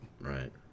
Right